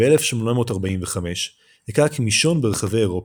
ב-1845 הכה הכימשון ברחבי אירופה,